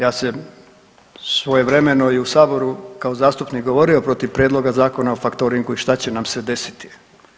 Ja sam svojevremeno u Saboru kao zastupnik govorio protiv Prijedloga zakona o faktoringu i šta će nam se desiti.